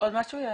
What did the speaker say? עוד משהו,